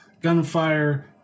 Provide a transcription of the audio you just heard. gunfire